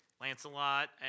Lancelot